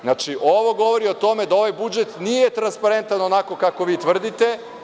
Znači, ovo govori o tome da ovaj budžet nije transparentan onako kako vi tvrdite.